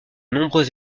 nombreux